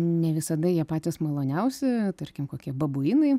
ne visada jie patys maloniausi tarkim kokie babuinai